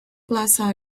plaza